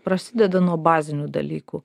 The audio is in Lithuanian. prasideda nuo bazinių dalykų